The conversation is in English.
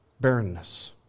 barrenness